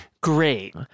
great